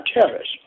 terrorists